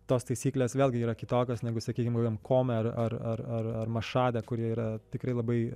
tos taisyklės vėlgi yra kitokios negu sakykim kokiam kome ar ar ar mašade kurie yra tikrai labai